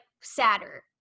sadder